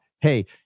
hey